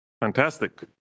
Fantastic